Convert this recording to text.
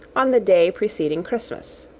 on the day preceding christmas.